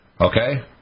Okay